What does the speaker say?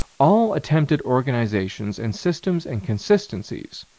all attempted organizations and systems and consistencies,